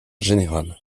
générale